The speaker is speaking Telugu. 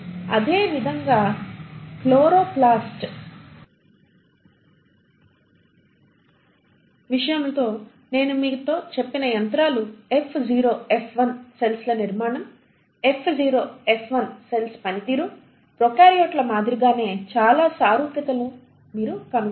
అదేవిధంగా క్లోరోప్లాస్ట్ విషయంలో నేను మీతో చెప్పిన యంత్రాలు F0 F1 సెల్స్ ల నిర్మాణం F0 F1 సెల్స్ పనితీరు ప్రొకార్యోట్ల మాదిరిగానే చాలా సారూప్యతలను మీరు కనుగొంటారు